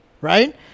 right